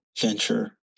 venture